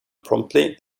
promptly